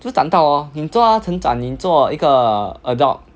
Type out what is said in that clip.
就是长大 lor 你都要成长你做一个 adult